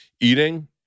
eating